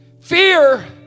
Fear